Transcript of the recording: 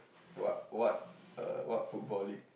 what what err what football link